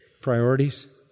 priorities